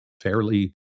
fairly